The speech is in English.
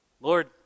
Lord